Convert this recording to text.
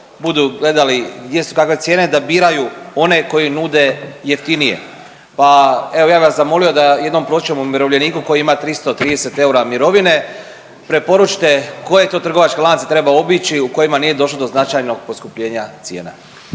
budu gledali gdje su kakve cijene da biraju one koji nude jeftinije, pa evo ja bi vas zamolio da jednom prosječnom umirovljeniku koji ima 330 eura mirovine preporučite koje to trgovačke lance treba obići u kojima nije došlo do značajnog poskupljenja cijena.